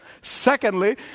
Secondly